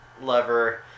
lover